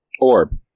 Orb